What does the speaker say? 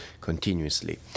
continuously